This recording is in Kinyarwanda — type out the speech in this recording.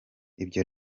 ibyo